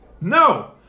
No